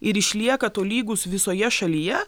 ir išlieka tolygūs visoje šalyje